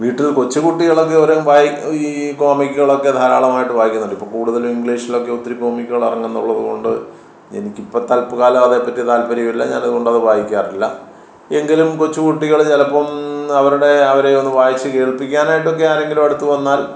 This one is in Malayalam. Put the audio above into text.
വീട്ടിൽ കൊച്ചു കുട്ടികളൊക്കേ ഇവരും വായിക്കും ഈ കോമിക്കുകളൊക്കെ ധാരാളമായിട്ടു വായിക്കുന്നുണ്ടിപ്പം കൂടുതലും ഇംഗ്ലിഷിലൊക്കെ ഒത്തിരി കോമിക്കുകളും ഇറങ്ങുമെന്നുള്ളത് കൊണ്ട് എനിക്കിപ്പം തത്ക്കാലം അതേപ്പറ്റി താത്പര്യമില്ല ഞാനതു കൊണ്ടത് വായിക്കാറില്ല എങ്കിലും കൊച്ചു കുട്ടികൾ ചിലപ്പം അവരുടെ അവരെ ഒന്നു വായിച്ചു കേൾപ്പിക്കാനായിട്ടൊക്കെ ആരെയെങ്കിലും അടുത്തു വന്നാൽ